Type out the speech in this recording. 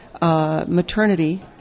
maternity